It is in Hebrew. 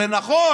זה נכון